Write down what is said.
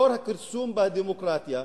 לאור הכרסום בדמוקרטיה,